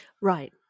Right